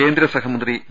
കേന്ദ്രസഹമന്ത്രി വി